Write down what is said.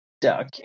duck